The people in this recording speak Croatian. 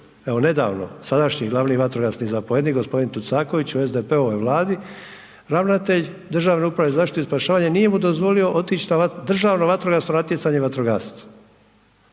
evo nedavno sadašnji glavni vatrogasni zapovjednik g. Tucaković u SDP-ovoj Vladi ravnatelj Državne uprave za zaštitu i spašavanje nije mu dozvolio otići na Državno vatrogasno natjecanje vatrogasaca.